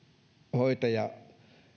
hoitaja